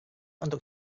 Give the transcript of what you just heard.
untuk